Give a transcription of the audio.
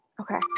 Okay